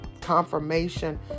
confirmation